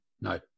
No